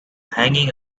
hanging